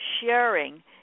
Sharing